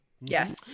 Yes